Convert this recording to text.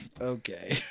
okay